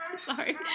Sorry